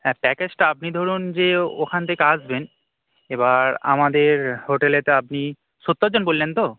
হ্যাঁ প্যাকেজটা আপনি ধরুন যে ওখান থেকে আসবেন এবার আমাদের হোটেলে তো আপনি সত্তরজন বললেন তো